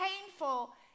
painful